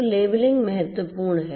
तो लेबलिंग महत्वपूर्ण है